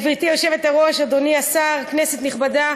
גברתי היושבת-ראש, אדוני השר, כנסת נכבדה,